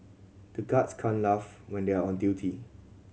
the guards can't laugh when they are on duty